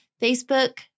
facebook